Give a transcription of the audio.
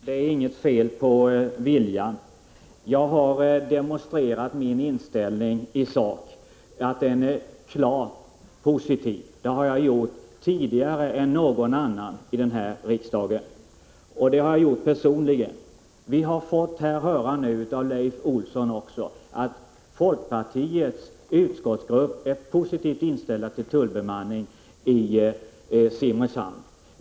Herr talman! Det är inget fel på viljan, Bo Lundgren. Jag har demonstrerat att min inställning i sak är klart positiv. Det har jag gjort tidigare än någon annan här i riksdagen. Det har jag gjort personligen. Vi har fått höra nu av Leif Olsson att folkpartiets utskottsgrupp är positivt inställd till tullbemanning i Simrishamn.